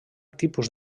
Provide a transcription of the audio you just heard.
tipus